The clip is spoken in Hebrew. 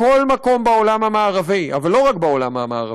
בכל מקום בעולם המערבי, אבל לא רק בעולם המערבי,